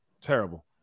Terrible